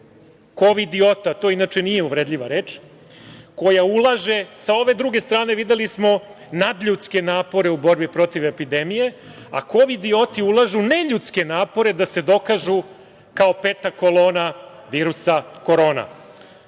kovidiota, to inače nije uvredljiva reč, koja ulaže, sa ove druge strane videli smo nadljudske napore u borbi protiv epidemije, a kovidioti ulažu neljudske napore da se dokažu kao peta kolona virusa korona.